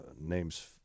names